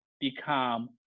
become